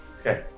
Okay